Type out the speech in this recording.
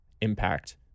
impact